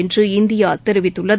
என்று இந்தியா தெரிவித்துள்ளது